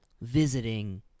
visiting